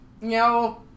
No